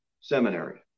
seminary